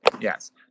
Yes